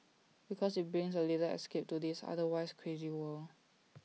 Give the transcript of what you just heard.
because IT brings A little escape to this otherwise crazy world